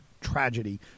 tragedy